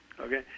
Okay